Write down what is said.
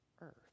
earth